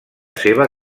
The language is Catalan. seva